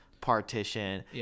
Partition